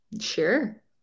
sure